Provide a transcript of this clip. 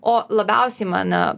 o labiausiai mane